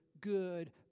good